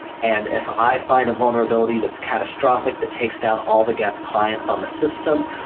and if i find a vulnerability that's catastrophic that takes down all the geth clients on the system,